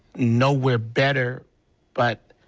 know we are better but,